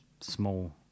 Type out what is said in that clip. small